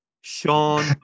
Sean